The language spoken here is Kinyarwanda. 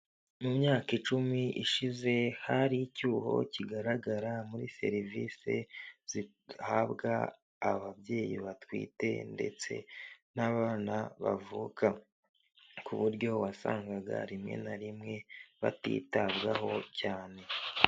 Mu myaka icumi ishize, hari icyuho kigaragara muri serivisi zihabwa ababyeyi batwite ndetse n'abana bavuka ku buryo wasangaga rimwe na rimwe batitabwaho cyane.